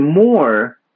more